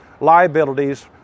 Liabilities